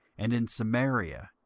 and in samaria,